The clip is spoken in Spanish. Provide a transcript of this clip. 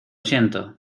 siento